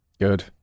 Good